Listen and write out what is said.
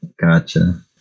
gotcha